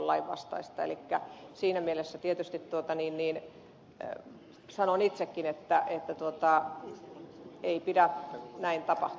elikkä siinä mielessä tietysti sanon itsekin että ei pidä näitä a